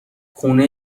خونه